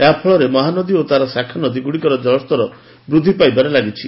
ଏହାଫଳରେ ମହାନଦୀ ଓ ତା'ର ଶାଖାନଦୀଗୁଡ଼ିକର ଜଳସ୍ତର ବୃଦ୍ଧି ପାଇବାରେ ଲାଗିଛି